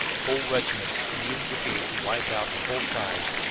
whole regiments and even brigades were wiped out on both sides,